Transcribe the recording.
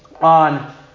on